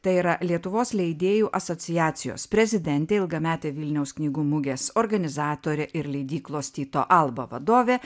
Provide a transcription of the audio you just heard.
tai yra lietuvos leidėjų asociacijos prezidentė ilgametė vilniaus knygų mugės organizatorė ir leidyklos tyto alba vadovė